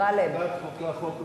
ועדת החוקה, חוק ומשפט.